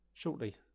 Shortly